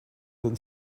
than